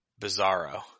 Bizarro